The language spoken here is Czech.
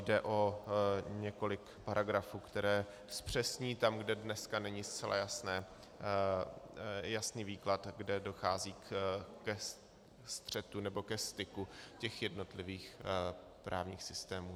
Jde o několik paragrafů, které zpřesňují tam, kde dnes není zcela jasný výklad, kde dochází se střetu nebo ke styku těch jednotlivých právních systémů.